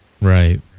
Right